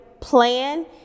plan